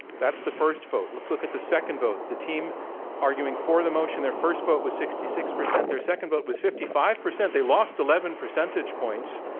that's the first vote. let's look at the second vote. the team arguing arguing for the motion, their first vote was sixty six percent. their second vote was fifty five percent. they lost eleven percentage points.